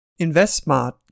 InvestSmart